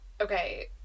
okay